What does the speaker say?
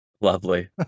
lovely